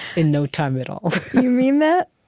in no time at all. you mean that?